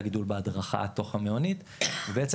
לגידול בהדרכה התוך המעונית ובעצם,